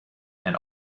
and